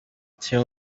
kimwe